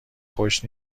خوش